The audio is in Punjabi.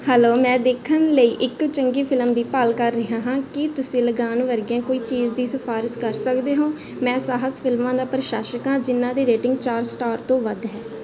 ਹੈਲੋ ਮੈਂ ਦੇਖਣ ਲਈ ਇੱਕ ਚੰਗੀ ਫਿਲਮ ਦੀ ਭਾਲ ਕਰ ਰਿਹਾ ਹਾਂ ਕੀ ਤੁਸੀਂ ਲਗਾਨ ਵਰਗੀਆਂ ਕੋਈ ਚੀਜ਼ ਦੀ ਸਿਫਾਰਸ਼ ਕਰ ਸਕਦੇ ਹੋ ਮੈਂ ਸਾਹਸ ਫਿਲਮਾਂ ਦਾ ਪ੍ਰਸ਼ੰਸਕ ਹਾਂ ਜਿਨ੍ਹਾਂ ਦੀ ਰੇਟਿੰਗ ਚਾਰ ਸਟਾਰ ਤੋਂ ਵੱਧ ਹੈ